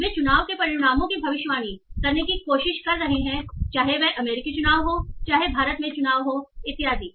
इसलिए वे चुनाव के परिणामों की भविष्यवाणी करने की कोशिश कर रहे हैं चाहे वह अमेरिकी चुनाव हो चाहे भारत में चुनाव हो इत्यादि